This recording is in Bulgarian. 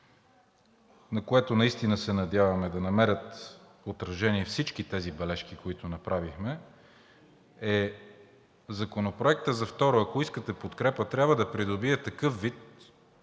за което наистина се надяваме да намерят отражения всички тези бележки, които направихме, е: Законопроектът за второ четене, ако искате подкрепа, трябва да придобие такъв вид,